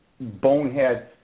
bonehead